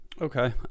Okay